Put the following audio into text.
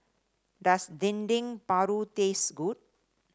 does Dendeng Paru taste good